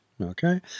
Okay